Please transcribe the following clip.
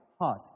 heart